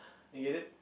you get it